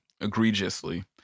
egregiously